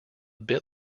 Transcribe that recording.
bit